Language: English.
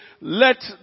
Let